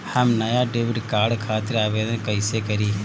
हम नया debit card खातिर आवेदन कईसे करी?